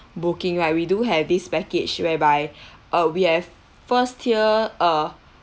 booking right we do have this package whereby uh we have first tier uh